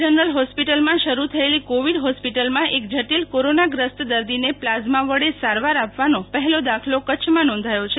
general હોસ્પિટલમાં શરુ થયેલી કોવિડ હોસ્પિટલમાં એક જટિલ કોરોનાગ્રસ્ત દર્દીને પ્લાઝમા વડે સારવાર આપવાનો પહેલો દાખલો કચ્છમાં નોંધાથો છે